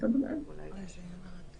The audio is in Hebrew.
לסדנה שאולי הם לא היו רוצים לשתף בה את האחרים.